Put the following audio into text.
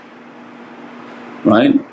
right